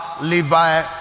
Levi